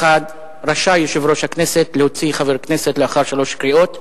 רשאי יושב-ראש הכנסת להוציא חבר כנסת לאחר שלוש קריאות,